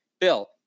Bill